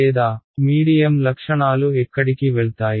లేదా మీడియం లక్షణాలు ఎక్కడికి వెళ్తాయి